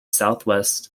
southwest